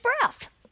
breath